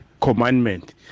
commandment